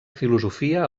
filosofia